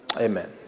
amen